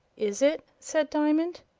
is it? said diamond.